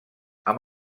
amb